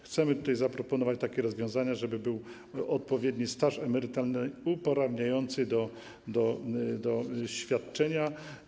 Chcemy tutaj zaproponować takie rozwiązania, żeby był odpowiedni staż emerytalny uprawniający do świadczenia.